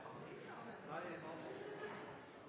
her i